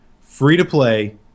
free-to-play